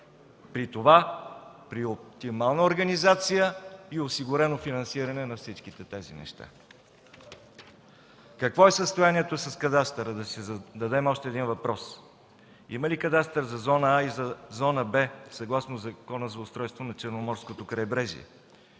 при това при оптимална организация и осигурено финансиране на всички тези неща. Какво е състоянието с кадастъра? Да си зададем още един въпрос: Има ли кадастър за зона „А” и за зона „Б”, съгласно Закона за устройство на Черноморското крайбрежие?